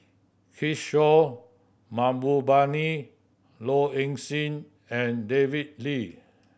Kishore Mahbubani Low Ing Sing and David Lee